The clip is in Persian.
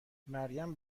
مریم